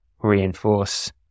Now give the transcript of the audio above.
Reinforce